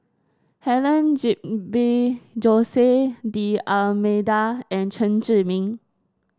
Helen Gilbey Jose D'Almeida and Chen Zhiming